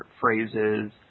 phrases